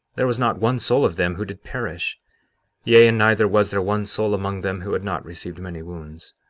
there was not one soul of them who did perish yea, and neither was there one soul among them who had not received many wounds.